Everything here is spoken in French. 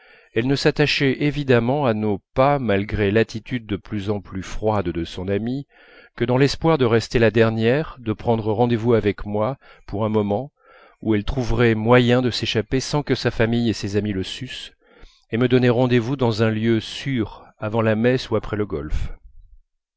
elle ne s'attachait évidemment à nos pas malgré l'attitude de plus en plus froide de son amie que dans l'espoir de rester la dernière de prendre rendez-vous avec moi pour un moment où elle trouverait moyen de s'échapper sans que sa famille et ses amies le sussent et me donner rendez-vous dans un lieu sûr avant la messe ou après le golf